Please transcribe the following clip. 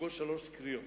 לקרוא שלוש קריאות: